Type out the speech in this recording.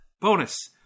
Bonus